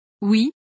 Oui